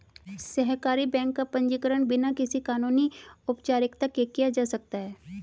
सहकारी बैंक का पंजीकरण बिना किसी कानूनी औपचारिकता के किया जा सकता है